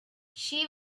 she